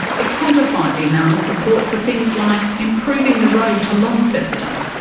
it quantified the amount of support for things like improving the road to launceston,